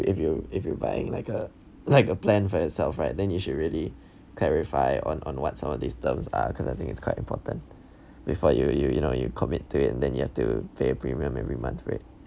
if you if you buying like a like a plan for yourself right then you should really clarify on on what some of these terms are because I think it's quite important before you you you know you commit to it and then you have to pay a premium every month for it